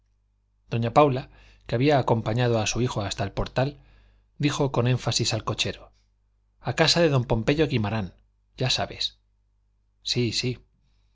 doña paula que había acompañado a su hijo hasta el portal dijo con énfasis al cochero a casa de don pompeyo guimarán ya sabes sí sí